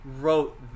wrote